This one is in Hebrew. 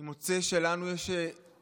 אני מוצא שלנו יש אחריות